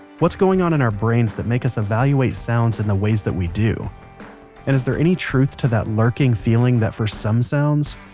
going on in our brains that makes us evaluate sounds in the ways that we do? and is there any truth to that lurking feeling that for some sounds,